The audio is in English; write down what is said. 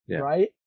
Right